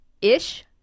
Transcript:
Ish